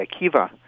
Akiva